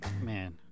man